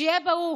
שיהיה ברור,